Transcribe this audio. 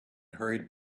hurried